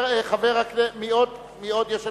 מי עוד יש לנו?